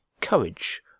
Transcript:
courage